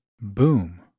Boom